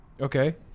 Okay